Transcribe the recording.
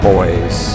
Boys